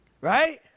right